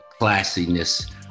classiness